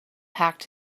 packed